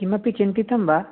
किमपि चिन्तितं वा